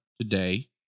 today